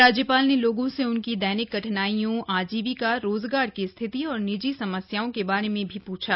राज्यपाल ने लोगों से उनकी दैनिक कठिनाइयों आजीविका रोजगार की स्थिति और निजी समस्याओं के बारे में भी पूछा